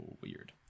weird